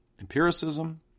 empiricism